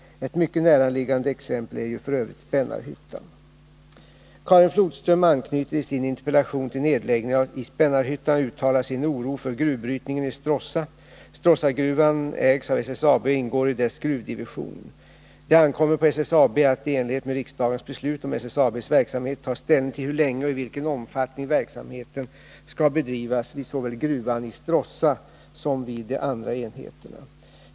Ett mycket näraliggande exempel är ju f. ö. Spännarhyttan. Karin Flodström anknyter i sin interpellation till nedläggningen i Spännarhyttan och uttalar sin oro för gruvbrytningen i Stråssa. Stråssagruvan ägs av SSAB och ingår i dess gruvdivision. Det ankommer på SSAB att, i enlighet med riksdagens beslut om SSAB:s verksamhet, ta ställning till hur länge och i vilken omfattning verksamheten skall bedrivas såväl vid gruvan i Stråssa som vid de andra enheterna.